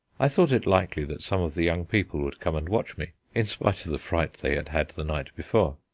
i thought it likely that some of the young people would come and watch me, in spite of the fright they had had the night before.